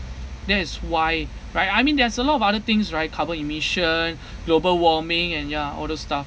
that is why right I mean there's a lot of other things right carbon emission global warming and ya all those stuff